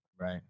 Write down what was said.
Right